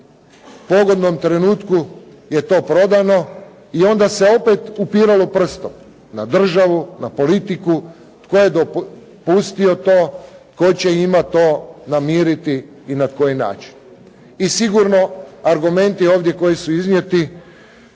u pogodnom trenutku je to prodano i onda se opet upiralo prstom na državu, na politiku tko je dopustio to, tko će imati to namiriti i na koji način. I sigurno argumenti ovdje koji su iznijeti,